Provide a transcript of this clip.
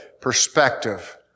perspective